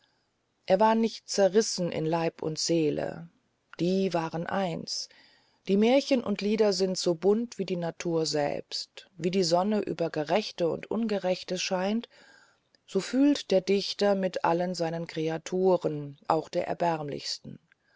er war nicht zerrissen in leib und seele die waren eins die märchen und lieder sind so bunt wie die natur selbst wie die sonne über gerechte und ungerechte scheint so fühlt der dichter mit allen seinen kreaturen auch den